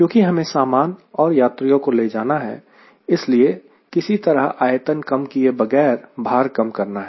क्योंकि हमें सामान और यात्रियों को ले जाना है इसलिए किसी तरह आयतन कम किए बगैर भार कम करना है